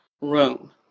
room